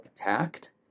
attacked